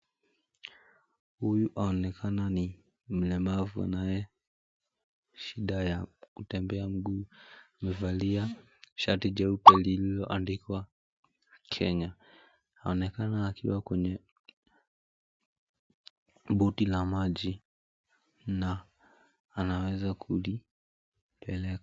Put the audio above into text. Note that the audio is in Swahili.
Huyu anaonekana ni mlemavu anaye shida ya kutembea mguu. Amevalia shati jeupe lililoandikwa Kenya. Anaonekana akiwa kwenye boti la maji na anaweza kulipeleka.